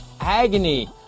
agony